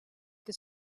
que